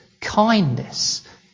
kindness